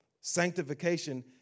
Sanctification